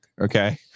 Okay